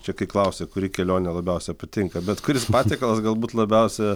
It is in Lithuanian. čia kai klausė kuri kelionė labiausiai patinka bet kuris patiekalas galbūt labiausia